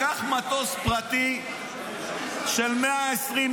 לקח מטוס פרטי של 120,